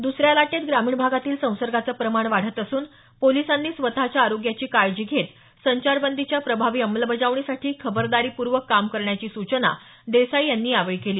दुसऱ्या लाटेत ग्रामीण भागातील संसर्गाचं प्रमाण वाढत असून पोलिसांनी स्वतच्या आरोग्याची काळजी घेत संचारबंदीच्या प्रभावी अंमलबजावणीसाठी खबरदारीपूर्वक काम करण्याची सूचना देसाई यांनी केली